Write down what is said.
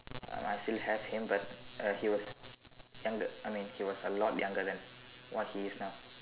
um I still have him but uh he was younger I mean he was a lot younger than what he is now